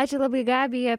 ačiū labai gabija